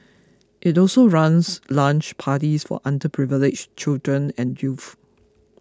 it also runs lunch parties for underprivileged children and youth